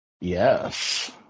Yes